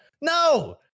No